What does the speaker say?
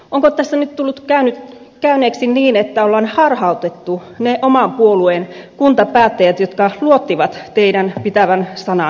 onko tässä nyt tullut käyneeksi niin että on harhautettu ne oman puolueen kuntapäättäjät jotka luottivat teidän pitävän sananne ministereinä